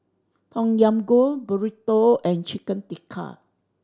Tom Yam Goong Burrito and Chicken Tikka